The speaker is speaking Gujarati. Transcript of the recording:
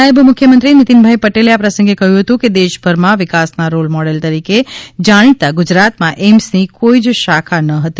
નાયબ મુખ્યમંત્રી નિતિન ભાઈ પટેલે આ પ્રસંગે કહ્યું હતું દેશભરમાં વિકાસના રોલ મોડેલ તરીકે જાણીતા ગુજરાતમાં એઇમ્સની કોઈ જ શાખા ન હતી